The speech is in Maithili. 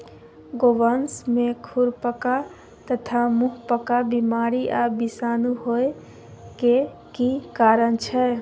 गोवंश में खुरपका तथा मुंहपका बीमारी आ विषाणु होय के की कारण छै?